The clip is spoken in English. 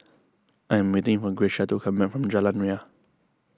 I am waiting for Grecia to come back from Jalan Ria